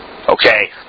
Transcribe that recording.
Okay